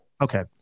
Okay